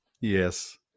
Yes